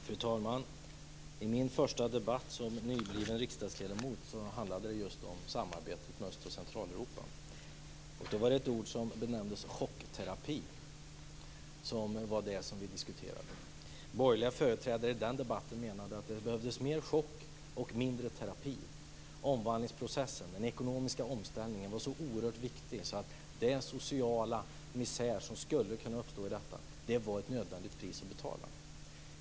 Fru talman! Min första debatt som nybliven riksdagsledamot handlade just om samarbetet med Östoch Centraleuropa. Ett ord som nämndes i debatten var chockterapi. De borgerliga företrädarna i den debatten menade att det behövdes mer chock och mindre terapi. Omvandlingsprocessen och den ekonomiska omställningen var så oerhört viktiga att den sociala misär som skulle kunna uppstå var ett nödvändigt pris att betala.